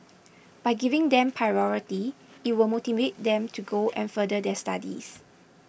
by giving them priority it will motivate them to go and further their studies